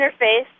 interface